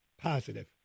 positive